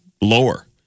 lower